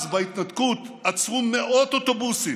אז, בהתנתקות, עצרו מאות אוטובוסים,